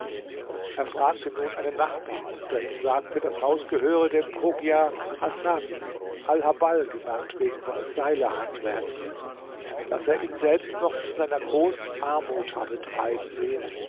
er fragte nun einen nachbarn der ihm sagte das haus gehöre dem chogia hassan alhabbal genannt wegen seines seilerhandwerks das er ihn selbst noch in seiner großen armut habe treiben sehen